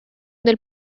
del